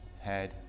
Head